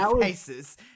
faces